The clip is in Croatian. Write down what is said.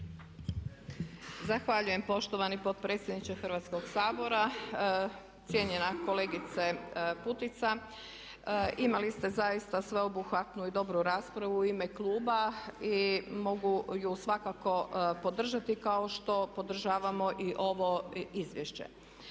Zahvaljujem poštovani potpredsjedniče Hrvatskog sabora. Cijenjena kolegice Putica, imali ste zaista sveobuhvatnu i dobru raspravu u ime kluba i mogu ju svakako podržati kao što podržavamo i ovo izvješće.